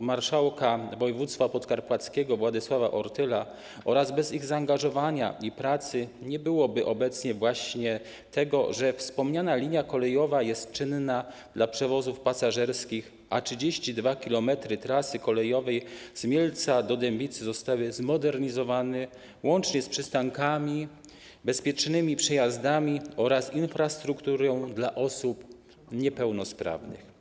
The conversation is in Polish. marszałka województwa podkarpackiego pana Władysława Ortyla, oraz bez ich zaangażowania i pracy nie byłoby obecnie właśnie tego, że wspomniana linia kolejowa jest czynna dla przewozów pasażerskich, a 32 km trasy kolejowej z Mielca do Dębicy zostały zmodernizowane, łącznie z przystankami, bezpiecznymi przejazdami oraz infrastrukturą dla osób niepełnosprawnych.